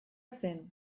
zen